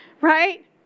right